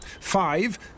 Five